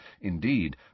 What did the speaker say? Indeed